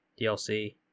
DLC